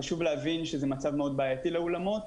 חשוב להבין שזה מצב מאוד בעייתי לאולמות.